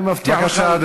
אני מבטיח לך,